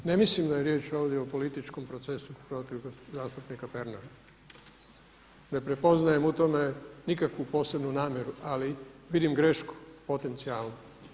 Ne mislim da je riječ ovdje o političkom procesu protiv zastupnika Pernara, ne prepoznajem u tome nikakvu posebnu namjeru ali vidim grešku potencijalnu.